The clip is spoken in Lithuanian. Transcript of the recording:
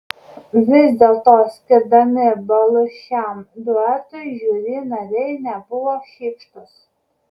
vis dėlto skirdami balus šiam duetui žiuri nariai nebuvo šykštūs